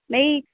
نہیں